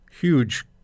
huge